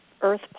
earth